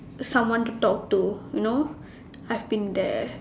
someone to talk to you know I've been there